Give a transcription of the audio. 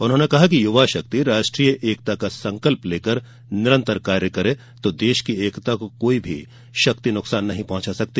उन्होंने कहा कि युवा शक्ति राष्ट्रीय एकता का संकल्प लेकर निरंतर कार्य करे तो देश की एकता को कोई भी शक्ति नुकसान नहीं पहुँचा सकती